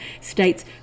states